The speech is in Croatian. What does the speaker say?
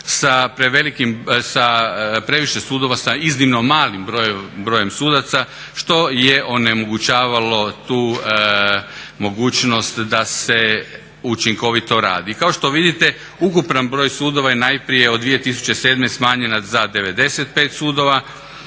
previše sudova sa iznimno malim brojem sudaca što je onemogućavalo tu mogućnost da se učinkovito radi. Kao što vidite, ukupan broj sudova je najprije od 2007. smanjen za 95 sudova,